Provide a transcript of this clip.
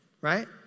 Right